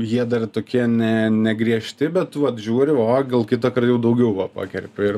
jie dar tokie ne negriežti bet tu vat žiūri vo gal kitąkart jau daugiau vo pakerpi ir